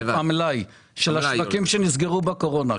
המלאי בשל השווקים שנסגרו בקורונה.